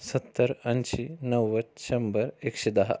सत्तर ऐंशी नव्वद शंभर एकशे दहा